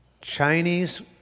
Chinese